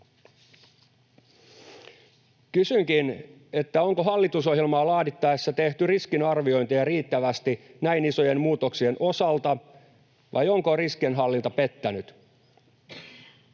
Kysynkin, onko hallitusohjelmaa laadittaessa tehty riskiarviointeja riittävästi näin isojen muutoksien osalta vai onko riskinhallinta pettänyt.